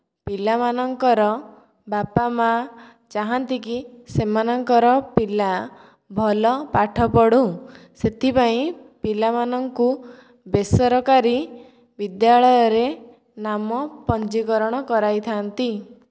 ପିଲାମାନଙ୍କର ବାପା ମା' ଚାହାନ୍ତି କି ସେମାନଙ୍କର ପିଲା ଭଲ ପାଠ ପଢୁ ସେଥିପାଇଁ ପିଲାମାନଙ୍କୁ ବେସରକାରୀ ବିଦ୍ୟାଳୟରେ ନାମ ପଞ୍ଜୀକରଣ କରାଇଥାନ୍ତି